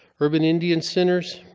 urban indian centers